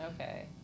Okay